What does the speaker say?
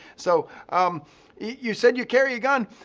so you said you carry a gun.